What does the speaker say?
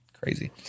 Crazy